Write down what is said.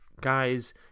guys